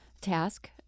task